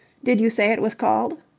did you say it was called?